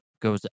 goes